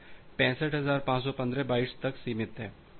यह 65515 बाइट्स तक सीमित है